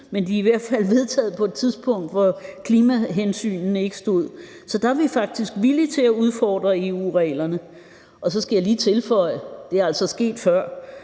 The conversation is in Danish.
tid. De er i hvert fald vedtaget på et tidspunkt, hvor klimahensynene ikke stod så højt på dagsordenen. Så der er vi faktisk villige til at udfordre EU-reglerne. Så skal jeg lige tilføje, at det altså er sket før.